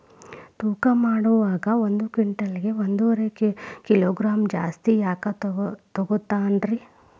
ತೂಕಮಾಡುವಾಗ ಒಂದು ಕ್ವಿಂಟಾಲ್ ಗೆ ಒಂದುವರಿ ಕಿಲೋಗ್ರಾಂ ಜಾಸ್ತಿ ಯಾಕ ತೂಗ್ತಾನ ರೇ?